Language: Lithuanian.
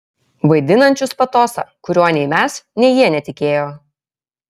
vaidinančius patosą kuriuo nei mes nei jie netikėjo